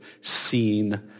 seen